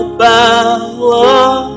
power